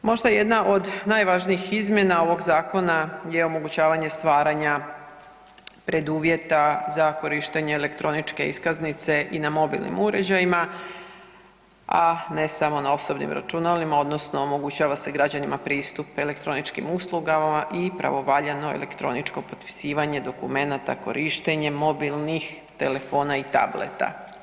Možda jedna od najvažnijih izmjena ovog zakona je omogućavanje stvaranja preduvjeta za korištenje elektroničke iskaznice i na mobilnim uređajima, a ne samo na osobnim računalima odnosno omogućava se građanima pristup elektroničkim uslugama i pravovaljano elektroničko potpisivanje dokumenata korištenjem mobilnih telefona i tableta.